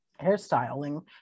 hairstyling